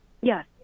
Yes